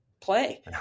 play